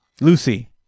Lucy